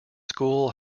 school